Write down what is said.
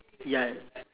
ya